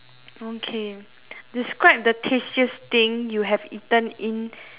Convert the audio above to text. okay describe the tastiest thing you have eaten in